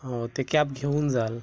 हो ते कॅब घेऊन जाल